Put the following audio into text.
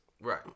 Right